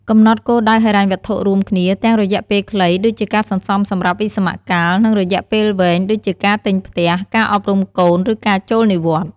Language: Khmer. កំណត់គោលដៅហិរញ្ញវត្ថុរួមគ្នា ទាំងរយៈពេលខ្លី ដូចជាការសន្សំសម្រាប់វិស្សមកាល និងរយៈពេលវែង ដូចជាការទិញផ្ទះ ការអប់រំកូន ឬការចូលនិវត្តន៍។